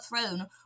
throne